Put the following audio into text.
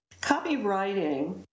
Copywriting